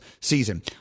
season